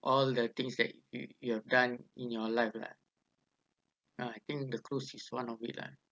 all the things that you you've done in your life lah I think the cruise is one of it lah